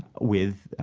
with,